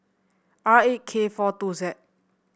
R eight K four two Z